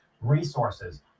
resources